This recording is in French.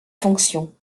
fonctions